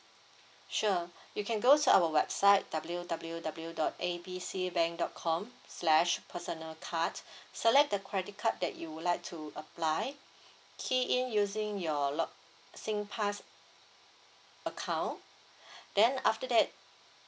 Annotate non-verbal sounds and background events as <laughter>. sure <breath> you can go to our website W W W dot A B C bank dot com slash personal card <breath> select the credit card that you would like to apply <breath> key in using your log Singpass account <breath> then after that